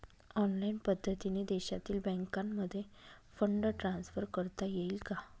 Online पद्धतीने देशातील बँकांमध्ये फंड ट्रान्सफर करता येईल का?